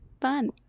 Fun